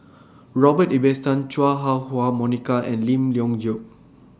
Robert Ibbetson Chua Ah Huwa Monica and Lim Leong Geok